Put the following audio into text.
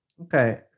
Okay